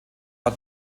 war